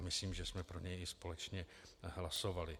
Myslím, že jsme pro něj i společně hlasovali.